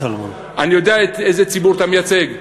סולומון, אני יודע איזה ציבור אתה מייצג,